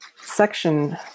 section